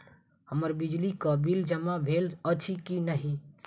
हम्मर बिजली कऽ बिल जमा भेल अछि की नहि?